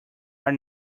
are